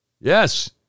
yes